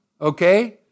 okay